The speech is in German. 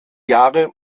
jahre